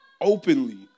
openly